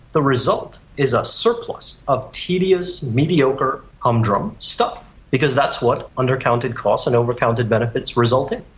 the result is a surplus of tedious, mediocre, humdrum stuff because that's what undercounting costs and over counted benefits result in.